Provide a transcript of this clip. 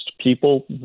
people